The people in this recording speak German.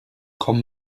komm